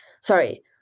sorry